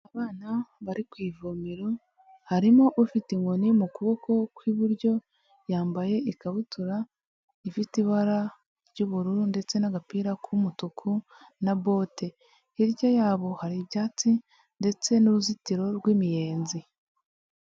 Abana bari ku ivomero, harimo ufite inkoni mu kuboko kw'iburyo yambaye ikabutura ifite ibara ry'ubururu ndetse n'agapira k'umutuku na bote, hirya yabo hari ibyatsi ndetse n'uruzitiro rw'imiyenzi.